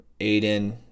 Aiden